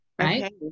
right